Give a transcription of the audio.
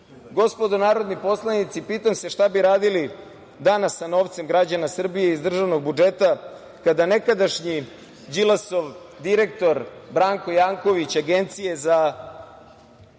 Srbije. Gospodo narodni poslanici, pitam se šta bi danas radili sa novcem građana Srbije iz državnog budžeta, kada nekadašnji Đilasov direktor Branko Janković Agencije za